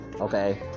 okay